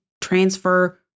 transfer